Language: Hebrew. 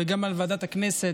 וגם לוועדת הכנסת,